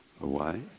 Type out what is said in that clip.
away